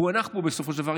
פוענח פה בסופו של דבר,